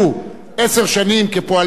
ואחר כך הפכו להיות קבלנים,